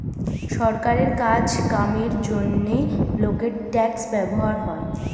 সরকারের কাজ কামের জন্যে লোকের ট্যাক্স ব্যবহার হয়